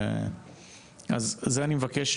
אז זה אני מבקש